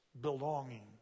belonging